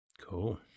Cool